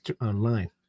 online